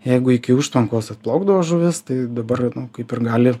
jeigu iki užtvankos atplaukdavo žuvys tai dabar kaip ir gali